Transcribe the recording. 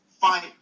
fight